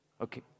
Okay